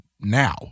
now